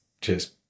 Cheers